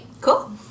Cool